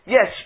Yes